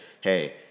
hey